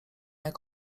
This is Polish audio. jak